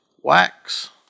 wax